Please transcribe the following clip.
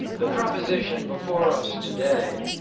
the proposition before us today,